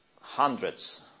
hundreds